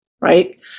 Right